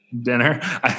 Dinner